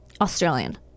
Australian